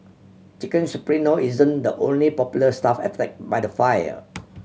Chicken Supremo isn't the only popular stall by the fire